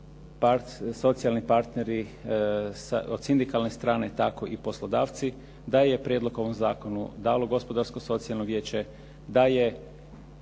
socijalni partneri, od sindikalne strane tako i poslodavci da je prijedlog ovom zakonu dalo Gospodarsko socijalno vijeće, da je